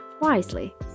wisely